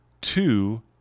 two